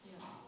Yes